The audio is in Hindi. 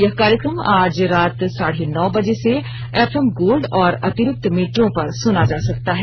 यह कार्यक्रम आज रात साढे नौ बजे से एफएम गोल्ड और अतिरिक्ति मीटरों पर सुना जा सकता है